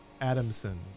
Adamson